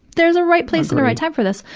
there's a right place and a right time for this.